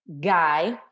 Guy